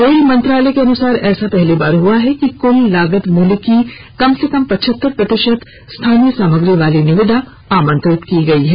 rail मंत्रालय के अनुसार ऐसा पहली बार हुआ है कि कूल लागत मूल्य की कम से कम पचहत्तर प्रतिशत स्थानीय सामग्री वाली निविदा आमंत्रित की गई है